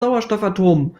sauerstoffatomen